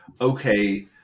okay